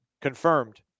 Confirmed